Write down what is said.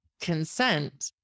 Consent